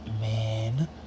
man